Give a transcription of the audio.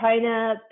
China